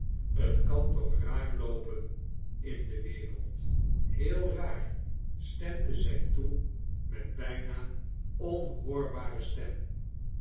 t kan toch raar loopen in de wereld heel raar sttemde zij toe met bijna onhoorbare stem